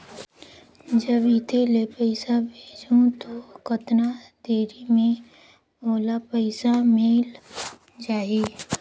जब इत्ते ले पइसा भेजवं तो कतना देरी मे ओला पइसा मिल जाही?